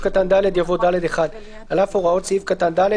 קטן (ד) יבוא: "(ד1) על אף הוראות סעיף קטן (ד),